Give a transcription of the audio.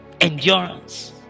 endurance